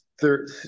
third